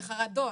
מחרדות,